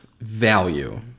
value